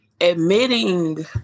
admitting